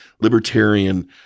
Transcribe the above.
libertarian